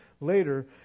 later